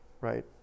right